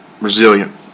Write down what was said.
resilient